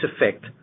effect